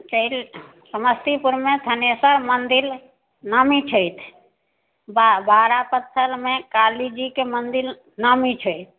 छै समस्तीपुरमे धनेशर मन्दिर नामी छथि बा बारा पत्थलमे काली जीके मन्दिर नामी छै